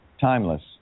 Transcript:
timeless